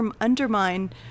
undermine